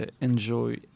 enjoy